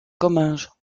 comminges